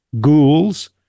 ghouls